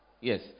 Yes